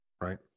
right